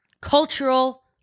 Cultural